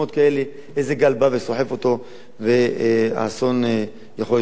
איזה גל בא וסוחף אותו והאסון יכול להתרחש.